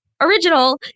original